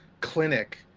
clinic